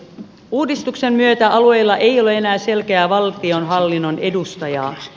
uudistuksen myötä alueilla ei ole enää selkeää valtionhallinnon edustajaa